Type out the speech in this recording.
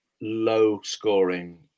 low-scoring